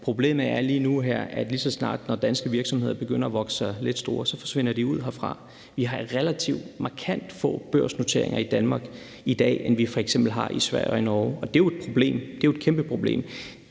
Problemet lige nu og her er, at lige så snart danske virksomheder begynder at vokse sig lidt store, så forsvinder de ud herfra. Relativt set har vi markant færre børsnoteringer i Danmark, end vi f.eks. har i Sverige og Norge, og det er jo et problem – det er et kæmpeproblem.